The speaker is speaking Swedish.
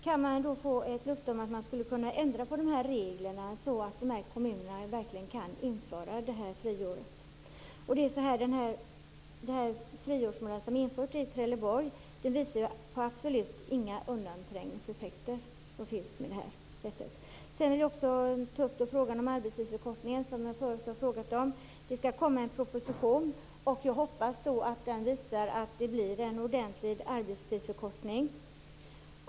Kan man få ett löfte om att de här reglerna skulle kunna ändras så att de här kommunerna verkligen kan införa friåret? Den friårsmodell som införts i Trelleborg visar absolut inga undanträngningseffekter. Jag vill också ta upp frågan om arbetstidsförkortningen, som jag förut har frågat om. Det skall komma en proposition, och jag hoppas att den visar att det blir en ordentlig arbetstidsförkortning.